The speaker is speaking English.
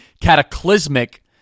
cataclysmic